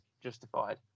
justified